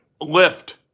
lift